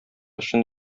чын